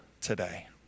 today